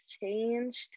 changed